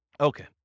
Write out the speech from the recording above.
Okay